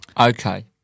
Okay